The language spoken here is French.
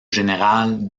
général